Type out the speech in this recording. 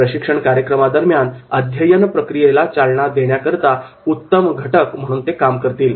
प्रशिक्षण कार्यक्रमादरम्यान अध्ययन प्रक्रियेला चालना देण्याकरता उत्तम घटक म्हणून ते काम करतील